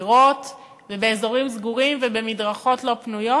ובחפירות ובאזורים סגורים ובמדרכות לא פנויות?